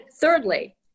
thirdly